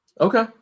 Okay